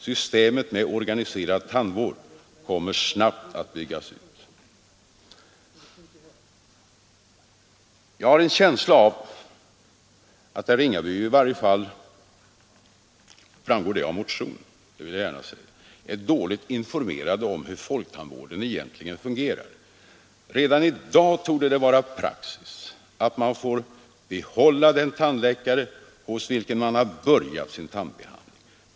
Systemet med organiserad tandvård kommer snabbt att byggas ut. Jag har en känsla av att herr Ringaby — i varje fall framgår det av reservationerna — är dåligt informerad om hur folktandvården egentligen fungerar. Redan i dag torde det vara praxis att man får behålla den tandläkare hos vilken man har börjat sin tandbehandling.